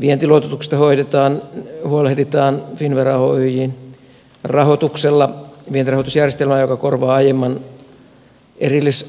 vientiluototuksia hoidetaan huolehditaan finnvera oyjn rahoituksella vientirahoitusjärjestelmästä joka korvaa aiemman erillisluototuksen